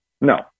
No